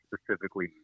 specifically